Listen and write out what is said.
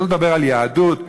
שלא לדבר על "יהדות".